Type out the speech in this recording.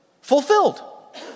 fulfilled